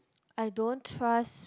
I don't trust